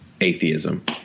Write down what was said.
atheism